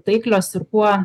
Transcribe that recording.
taiklios ir kuo